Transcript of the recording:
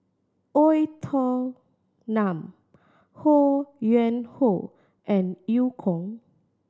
Oei Tiong Ho Yuen Hoe and Eu Kong